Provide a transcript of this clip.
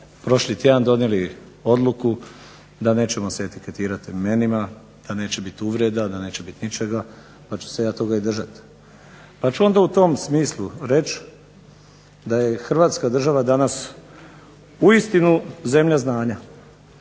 prošli tjedan donijeli odluku da nećemo se etiketirati imenima, da neće biti uvreda, da neće biti ničega, pa ću se ja toga i držati. Pa ću onda u tom smislu reći da je hrvatska država danas uistinu zemlja znanja.